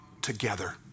together